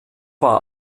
war